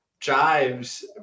jives